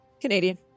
Canadian